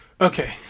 Okay